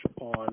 on